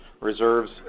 Reserves